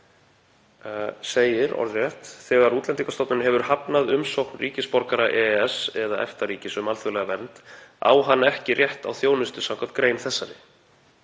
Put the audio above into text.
„Þegar Útlendingastofnun hefur hafnað umsókn ríkisborgara EES- eða EFTA-ríkis um alþjóðlega vernd á hann ekki rétt á þjónustu samkvæmt grein þessari.“